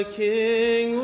king